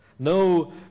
No